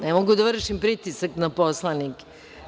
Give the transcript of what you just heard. Ne mogu da vršim pritisak na poslanike.